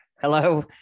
Hello